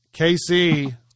KC